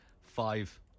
Five